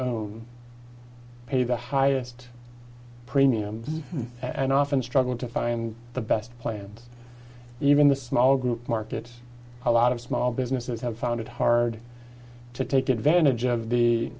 own pay the highest premiums and often struggle to find the best plan even the small group market a lot of small businesses have found it hard to take advantage of the